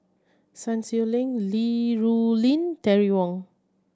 Sun Xueling Li Rulin Terry Wong